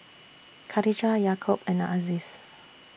Khatijah Yaakob and Aziz